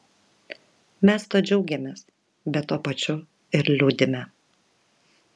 mes tuo džiaugiamės bet tuo pačiu ir liūdime